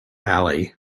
ali